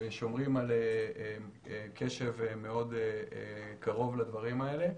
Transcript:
ושומרים על קשב מאוד קרוב לדברים האלה.